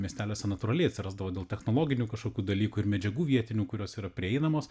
miesteliuose natūraliai atsirasdavo dėl technologinių kažkokių dalykų ir medžiagų vietinių kurios yra prieinamos